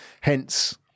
hence